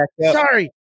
Sorry